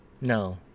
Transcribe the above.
No